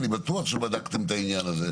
אני בטוח שבדקתם את העניין הזה.